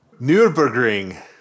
Nürburgring